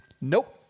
Nope